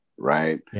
right